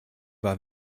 war